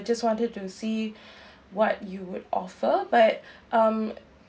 I just wanted to see what you would offer but um